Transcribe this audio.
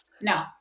no